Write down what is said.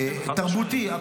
תרבותי,